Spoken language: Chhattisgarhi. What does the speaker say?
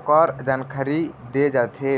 ओखर जानकारी दे जाथे